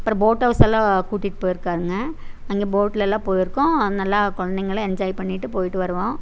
அப்புறம் போட் ஹவுஸ்ஸெல்லாம் கூட்டிகிட்டு போயி இருக்காருங்க அங்கே போட்ல எல்லாம் போயி இருக்கோம் நல்லா குழந்தைங்கல்லாம் என்ஜாய் பண்ணிவிட்டு போயிவிட்டு வருவோம்